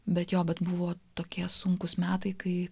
bet jo bet buvo tokie sunkūs metai kai